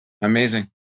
Amazing